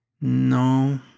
No